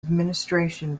administration